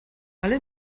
alle